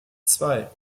zwei